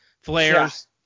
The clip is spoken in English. flares